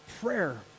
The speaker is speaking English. Prayer